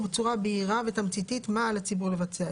בצורה בהירה ותמציתית מה על הציבור לבצע,